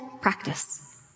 Practice